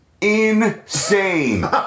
insane